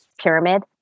pyramid